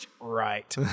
Right